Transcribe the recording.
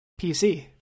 PC